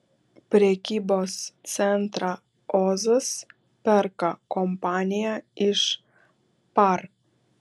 prekybos centrą ozas perka kompanija iš par